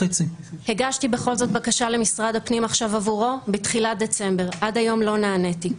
בתחילת דצמבר הגשתי בכל זאת בקשה למשרד הפנים עבורו ועד היום לא נעניתי.